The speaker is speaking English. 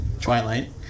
Twilight